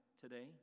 today